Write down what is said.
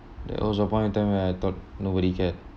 that was a point of time where I thought nobody care